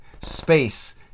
space